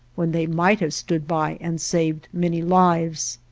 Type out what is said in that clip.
when they might have stood by and saved many lives.